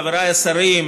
חבריי השרים,